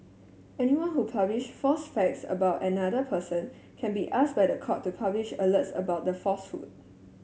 anyone who publish false facts about another person can be asked by the court to publish alerts about the falsehood